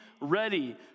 ready